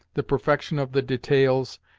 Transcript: the perfection of the details,